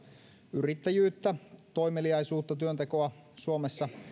yrittäjyyttä toimeliaisuutta työntekoa suomessa